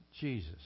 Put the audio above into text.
Jesus